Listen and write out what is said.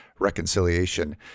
reconciliation